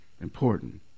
important